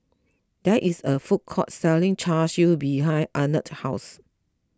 there is a food court selling Char Siu behind Arnett's house